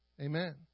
amen